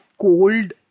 cold